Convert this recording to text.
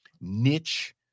niche